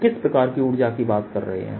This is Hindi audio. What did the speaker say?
हम किस प्रकार की ऊर्जा की बात कर रहे हैं